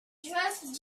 drift